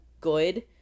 good